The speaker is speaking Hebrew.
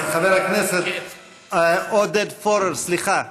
חבר הכנסת עודד פורר, סליחה.